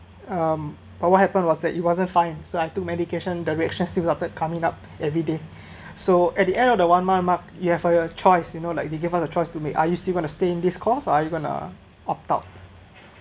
um but what happened was that it wasn't fine so I took medication the reaction still started coming up everyday so at the end of the one month mark you have for your choice you know like they gave us the choice to make are you still want to stay in this course or are you gonna to opt out